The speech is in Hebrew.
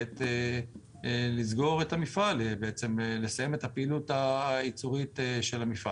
לסגור את המפעל ולסיים את פעילות הייצור שלו.